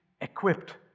equipped